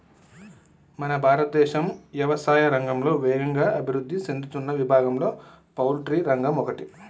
మన భారతదేశం యవసాయా రంగంలో వేగంగా అభివృద్ధి సేందుతున్న విభాగంలో పౌల్ట్రి రంగం ఒకటి